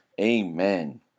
amen